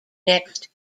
next